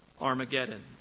Armageddon